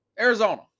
Arizona